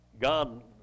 God